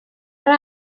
ari